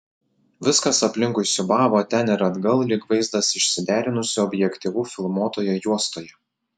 viskas aplinkui siūbavo ten ir atgal lyg vaizdas išsiderinusiu objektyvu filmuotoje juostoje